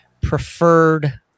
preferred